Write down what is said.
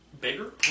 Bigger